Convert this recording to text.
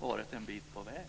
varit en bit på väg.